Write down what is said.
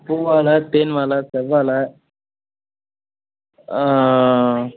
பூவாழை தேன் வாழை செவ்வாழை